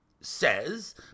says